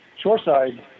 Shoreside